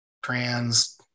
trans